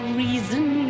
reason